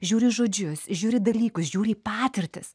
žiūri į žodžius žiūri į dalykus žiūri į patirtis